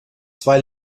zwei